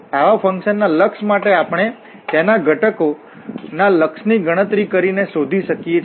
આવાફંકશન ના લક્ષ માટે આપણે તેના દરેક ઘટકો ના લક્ષ ની ગણતરી કરીને શોધી શકીએ છીએ